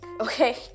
okay